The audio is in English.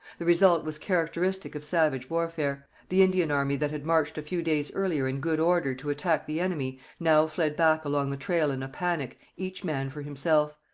the result was characteristic of savage warfare. the indian army that had marched a few days earlier in good order to attack the enemy now fled back along the trail in a panic, each man for himself.